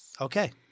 Okay